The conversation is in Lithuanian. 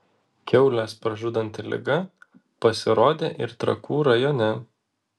kiaules pražudanti liga pasirodė ir trakų rajone